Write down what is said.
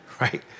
right